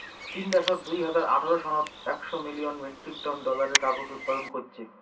চীন দ্যাশত দুই হাজার আঠারো সনত একশ মিলিয়ন মেট্রিক টন ডলারের কাগজ উৎপাদন কইচ্চে